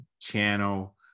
channel